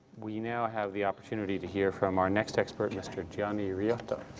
we now have the opportunity to hear from our next expert, mr. gianni riotta.